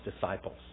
disciples